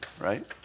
Right